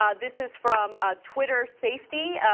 um this is from ah twitter safety,